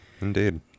Indeed